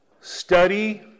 Study